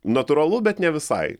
natūralu bet ne visai